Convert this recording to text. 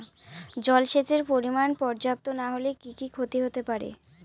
জলসেচের পরিমাণ পর্যাপ্ত না হলে কি কি ক্ষতি হতে পারে?